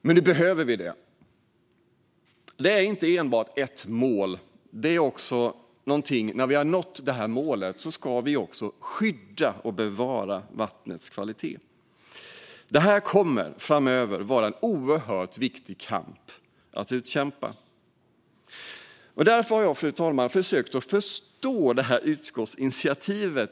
Men nu behöver vi det. Det handlar inte enbart om ett mål, utan när vi har nått målet ska vi också skydda och bevara vattnets kvalitet. Detta kommer framöver att vara en oerhört viktig kamp att utkämpa. Därför har jag, fru talman, försökt att förstå detta utskottsinitiativ.